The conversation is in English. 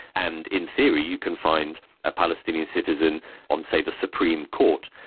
and in theory you can find a palestinian citizen on, say, the supreme court.